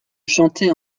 chanter